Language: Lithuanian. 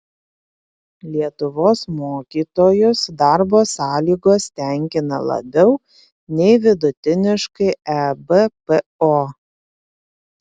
lietuvos mokytojus darbo sąlygos tenkina labiau nei vidutiniškai ebpo